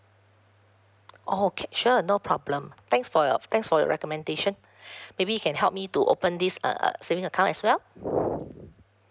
oh okay sure no problem thanks for your thanks for the recommendation maybe you can help me to open this uh uh saving account as well